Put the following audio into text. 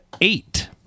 eight